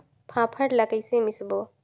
फाफण ला कइसे मिसबो?